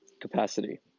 capacity